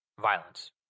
violence